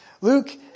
Luke